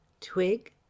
Twig